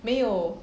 没有